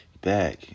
back